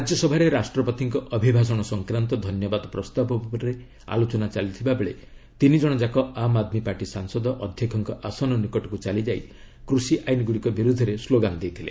ରାଜ୍ୟସଭାରେ ରାଷ୍ଟପତିଙ୍କ ଅଭିଭାଷଣ ସଂକାନ୍ତ ଧନ୍ୟବାଦ ପ୍ରସ୍ତାବ ଉପରେ ଆଲୋଚନା ଚାଲିଥିବାବେଳେ ତିନିକ୍ଷଯାକ ଆମ୍ ଆଦ୍ମୀ ପାର୍ଟି ସାଂସଦ ଅଧ୍ୟକ୍ଷଙ୍କ ଆସନ ନିକଟକୁ ଚାଲିଯାଇ କୃଷି ଆଇନଗୁଡ଼ିକ ବିରୁଦ୍ଧରେ ସ୍ଲୋଗାନ ଦେଇଥିଲେ